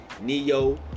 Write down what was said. Neo